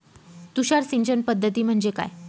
तुषार सिंचन पद्धती म्हणजे काय?